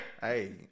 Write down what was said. Hey